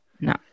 No